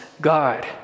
God